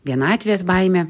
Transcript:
vienatvės baimė